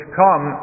come